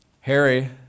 Harry